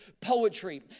poetry